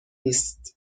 نیست